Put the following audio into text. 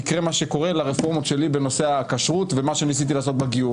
יקרה מה שקורה לרפורמות שלי בנושא הכשרות ומה שניסיתי לעשות בגיור